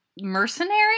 Mercenary